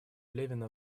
левина